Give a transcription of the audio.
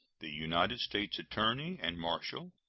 the united states attorney and marshal,